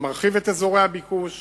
זה מרחיב את אזורי הביקוש,